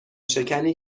شکنی